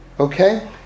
okay